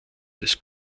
des